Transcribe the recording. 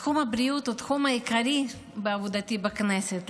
ותחום הבריאות הוא התחום העיקרי בעבודתי בכנסת,